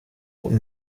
und